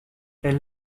elle